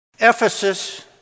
Ephesus